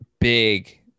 big